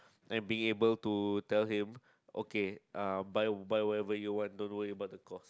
and be able to tell him okay uh buy buy whatever you want don't worry about the cost